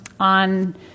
on